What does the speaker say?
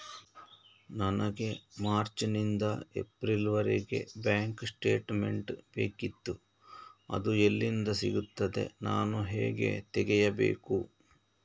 ನನಗೆ ಮಾರ್ಚ್ ನಿಂದ ಏಪ್ರಿಲ್ ವರೆಗೆ ಬ್ಯಾಂಕ್ ಸ್ಟೇಟ್ಮೆಂಟ್ ಬೇಕಿತ್ತು ಅದು ಎಲ್ಲಿಂದ ಸಿಗುತ್ತದೆ ನಾನು ಹೇಗೆ ತೆಗೆಯಬೇಕು?